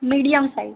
medium size